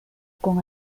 con